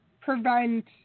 prevent